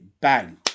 bang